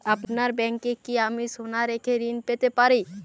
আপনার ব্যাংকে কি আমি সোনা রেখে ঋণ পেতে পারি?